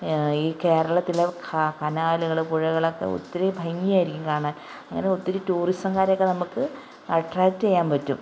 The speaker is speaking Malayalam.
ഈ കേരളത്തിലെ ക കനാലുകൾ പുഴകളൊക്കെ ഒത്തിരി ഭംഗിയാരിക്കും കാണാൻ അങ്ങനൊത്തിരി ടൂറിസംകാരെയൊക്കെ നമുക്ക് അട്രാക്റ്റ് ചെയ്യാൻ പറ്റും